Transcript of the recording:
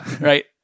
Right